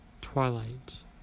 Twilight